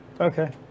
okay